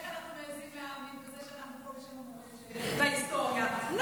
איך אנחנו מעיזים להאמין בזה שאנחנו פה בשם המורשת וההיסטוריה פה,